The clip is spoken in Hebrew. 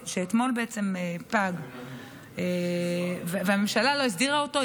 שאתמול בעצם פג והממשלה לא הסדירה אותו.